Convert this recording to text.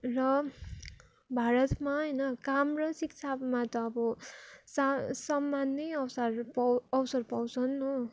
र भारतमा होइन काम र शिक्षामा त अब सा सामान नै अवसर अवसर पाउँछन् हो